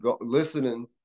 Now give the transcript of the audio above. listening